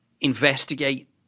investigate